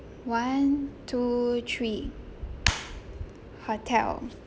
one two three hotel